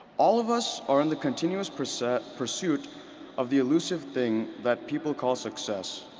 all of us are in the continuous pursuit pursuit of the elusive thing that people call success.